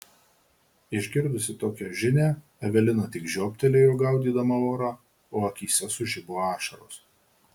išgirdusi tokią žinią evelina tik žioptelėjo gaudydama orą o akyse sužibo ašaros